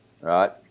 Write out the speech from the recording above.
right